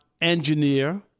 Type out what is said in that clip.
engineer